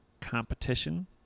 competition